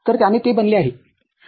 तरत्याने ते बनले आहे